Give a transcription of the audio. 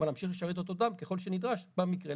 להמשיך לשרת את אותו אדם, ככל שנדרש במקרה.